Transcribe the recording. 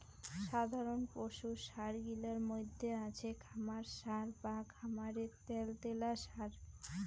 সাধারণ পশুর সার গিলার মইধ্যে আছে খামার সার বা খামারের ত্যালত্যালা সার